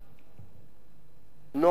נורמות ראוי בישראל.